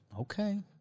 Okay